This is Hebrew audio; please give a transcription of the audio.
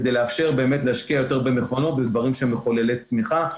כדי לאפשר באמת להשקיע יותר במכונות ובדברים מחוללי צמיחה.